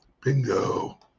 bingo